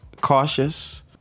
cautious